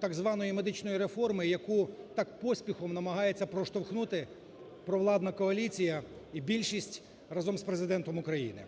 так званої медичної реформи, яку так поспіхом намагаються проштовхнути провладна коаліція і більшість разом з Президентом України.,